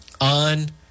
on